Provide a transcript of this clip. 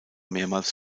mehrmals